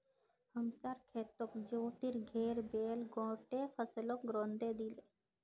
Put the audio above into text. हमसार खेतत ज्योतिर घेर बैल गोट्टे फसलक रौंदे दिले